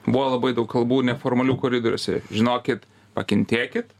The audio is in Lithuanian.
buvo labai daug kalbų neformalių koridoriuose žinokit pakentėkit